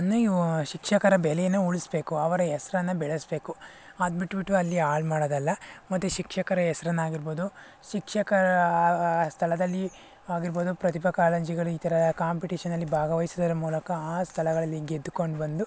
ಶಿಕ್ಷಕರ ಬೆಲೆಯನ್ನು ಉಳಿಸಬೇಕು ಅವರ ಹೆಸರನ್ನು ಬೆಳೆಸಬೇಕು ಅದು ಬಿಟ್ಟುಬಿಟ್ಟು ಅಲ್ಲಿ ಹಾಳ್ ಮಾಡೋದಲ್ಲ ಮತ್ತು ಶಿಕ್ಷಕರ ಹೆಸರನ್ನಾಗಿರ್ಬೋದು ಶಿಕ್ಷಕರ ಆ ಆ ಸ್ಥಳದಲ್ಲಿ ಆಗಿರ್ಬೋದು ಪ್ರತಿಭಾ ಕಾರಂಜಿಗಳು ಈ ಥರ ಕಾಂಪಿಟೀಷನಲ್ಲಿ ಭಾಗವಹಿಸೋದರ ಮೂಲಕ ಆ ಸ್ಥಳಗಳಲ್ಲಿ ಗೆದ್ಕೊಂಡು ಬಂದು